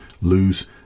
lose